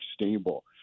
stable